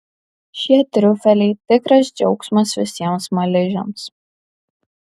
šie triufeliai tikras džiaugsmas visiems smaližiams